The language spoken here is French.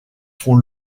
font